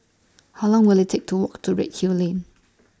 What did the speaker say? How Long Will IT Take to Walk to Redhill Lane